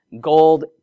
gold